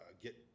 get